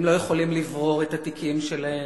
הם לא יכולים לברור את התיקים שלהם,